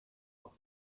doch